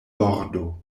bordo